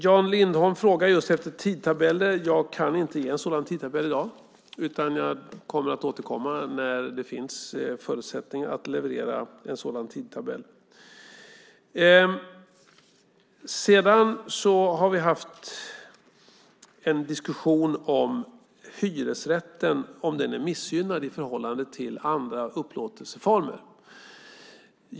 Jan Lindholm frågade just efter tidtabeller, men jag kan inte ange en sådan tidtabell i dag, utan jag kommer att återkomma när det finns förutsättningar att leverera en sådan tidtabell. Vi har haft en diskussion när det gäller om hyresrätten är missgynnad i förhållande till andra upplåtelseformer.